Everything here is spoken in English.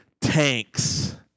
tanks